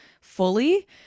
fully